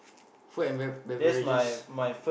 food and beve~ beverages